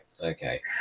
Okay